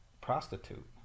prostitute